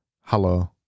Hello